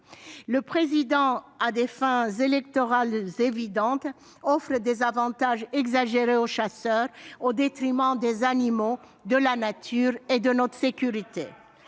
République, à des fins électorales évidentes, offre des avantages exagérés aux chasseurs, au détriment des animaux, de la nature et de notre sécurité.